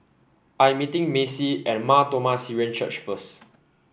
I am meeting Maci at Mar Thoma Syrian Church first